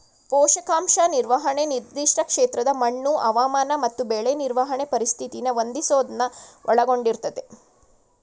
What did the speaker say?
ಪೋಷಕಾಂಶ ನಿರ್ವಹಣೆ ನಿರ್ದಿಷ್ಟ ಕ್ಷೇತ್ರದ ಮಣ್ಣು ಹವಾಮಾನ ಮತ್ತು ಬೆಳೆ ನಿರ್ವಹಣೆ ಪರಿಸ್ಥಿತಿನ ಹೊಂದಿಸೋದನ್ನ ಒಳಗೊಂಡಿರ್ತದೆ